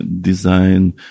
design